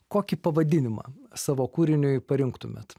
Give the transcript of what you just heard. kokį pavadinimą savo kūriniui parinktumėt